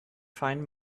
find